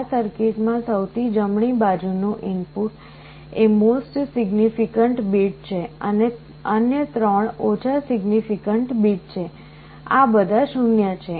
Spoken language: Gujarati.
આ સર્કિટમાં સૌથી જમણી બાજુ નું ઇનપુટ એ મોસ્ટ સિગ્નિફિકન્ટ બીટ છે અને અન્ય 3 ઓછા સિગ્નિફિકન્ટ બીટ છે આ બધા 0 છે